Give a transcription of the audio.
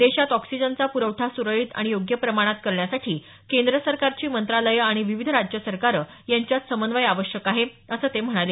देशात ऑक्सिजनचा पुरवठा सुरळीत आणि योग्य प्रमाणात करण्यासाठी केंद्र सरकारची मंत्रालयं आणि विविध राज्य सरकारं यांच्यात समन्वय आवश्यक आहे असं ते म्हणाले